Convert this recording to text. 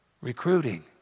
recruiting